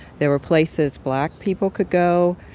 there were places black people could go,